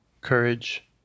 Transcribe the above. courage